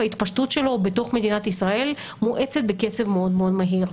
וההתפשטות שלו בתוך מדינת ישראל מואצת בקצב מאוד מהיר.